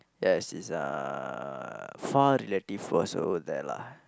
yes his uh far relative was over there lah